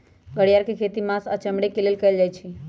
घरिआर के खेती मास आऽ चमड़े के लेल कएल जाइ छइ